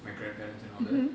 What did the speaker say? my grandparents and all that